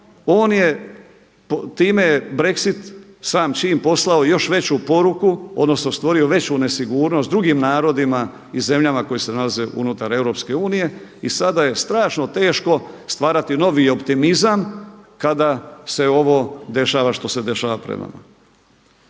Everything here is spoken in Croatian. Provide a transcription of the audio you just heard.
time je Brexit sam čim poslao još veću poruku odnosno stvorio veću nesigurnost drugim narodima i zemljama koje se nalaze unutar Europske unije i sada je strašno teško stvarati novi optimizam kada se ovo dešava što se dešava pred nama.